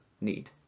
need